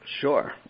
sure